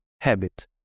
habit